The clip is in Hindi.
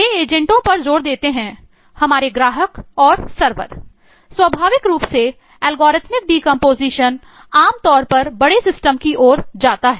वे एजेंटों पर जोर देते हैं हमारे ग्राहक और सर्वर स्वाभाविक रूप से एल्गोरिथमिक डीकंपोजिशन देता है